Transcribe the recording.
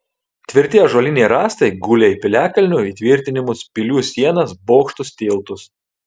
tvirti ąžuoliniai rąstai gulė į piliakalnių įtvirtinimus pilių sienas bokštus tiltus